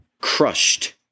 crushed